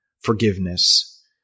forgiveness